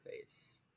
Face